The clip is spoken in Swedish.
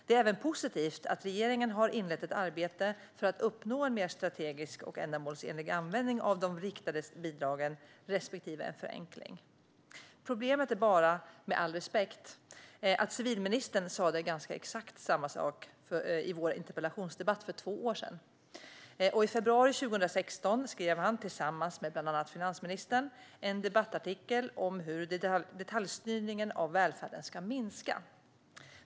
Det är även positivt att regeringen har inlett ett arbete för att uppnå en mer strategisk och ändamålsenlig användning av de riktade bidragen respektive en förenkling. Problemet är bara, med all respekt, att civilministern sa ganska exakt samma sak i vår interpellationsdebatt för två år sedan. Och i februari 2016 skrev han, tillsammans med bland annat finansministern, en debattartikel om hur detaljstyrningen av välfärden ska minska.